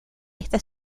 esta